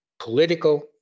political